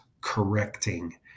correcting